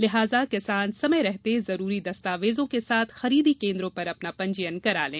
लिहाजा किसान समय रहते जरुरी दस्तावेजों के साथ खरीदी केंद्रो पर अपना पंजीयन करालें